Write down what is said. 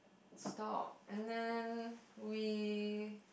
stop and then we